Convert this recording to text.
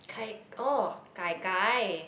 Kai~ oh Gai-Gai